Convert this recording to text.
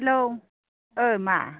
hello ओ मा